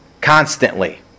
constantly